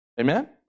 Amen